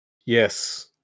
Yes